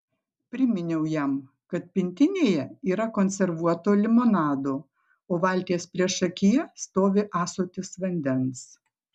priminiau jam kad pintinėje yra konservuoto limonado o valties priešakyje stovi ąsotis vandens